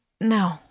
no